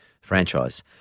franchise